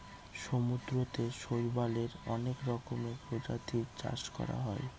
সমুদ্রতে শৈবালের অনেক রকমের প্রজাতির চাষ করা হয়